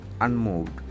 unmoved